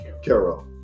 Carol